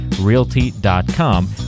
realty.com